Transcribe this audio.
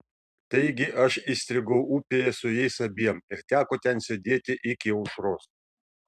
taigi aš įstrigau upėje su jais abiem ir teko ten sėdėti iki aušros